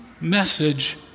message